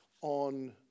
on